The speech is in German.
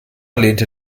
lehnte